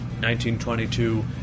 1922